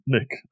Nick